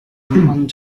ond